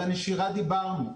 על הנשירה דיברנו.